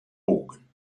bogen